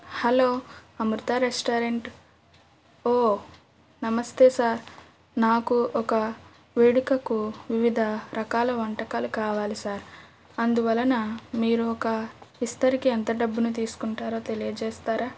hello Amrita restaurant ఓ నమస్తే sir నాకు ఒక వేడుకకు వివిధ రకాల వంటకాలు కావాలి సార్ అందువలన మీరు ఒక విస్తరకి ఎంత డబ్బును తీసుకుంటారో తెలియజేస్తారా